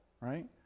right